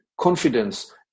confidence